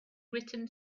written